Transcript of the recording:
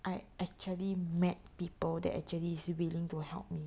I actually met people that actually is willing to help me